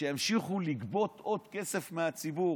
שימשיכו לגבות עוד כסף מהציבור,